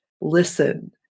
listen